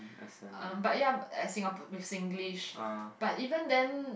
um but ya as in Singapore with Singlish but even then